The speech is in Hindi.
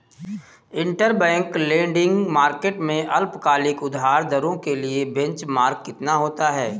इंटरबैंक लेंडिंग मार्केट में अल्पकालिक उधार दरों के लिए बेंचमार्क कितना होता है?